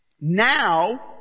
now